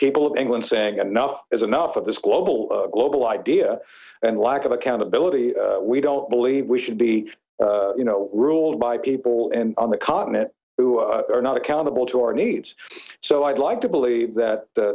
people of england saying enough is enough of this global global idea and lack of accountability we don't believe we should be you know ruled by people and on the continent who are not accountable to our needs so i'd like to believe that